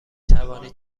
توانید